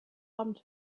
armed